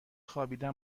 خوابیدن